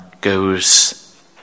goes